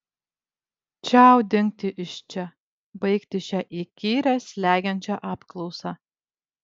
čiau dingti iš čia baigti šią įkyrią slegiančią apklausą